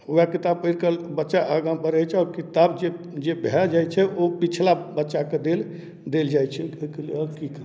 ओहए किताब पढ़ि कऽ बच्चा आगाँ बढ़ैत छै आओर किताब जे जे भए जाइत छै ओ पिछला बच्चा कऽ देल देल जाइत छै